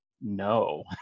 no